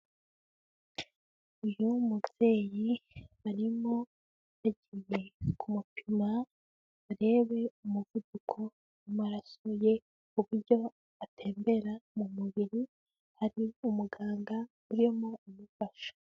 Uyu mubyeyi barimo bagiye kumupima barebe umuvuduko w'amaraso ye uburyo atembera mu mubiri, hari umuganga urimo aramufasha.